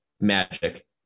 magic